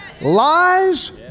Lies